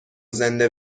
زنده